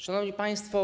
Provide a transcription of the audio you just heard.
Szanowni Państwo!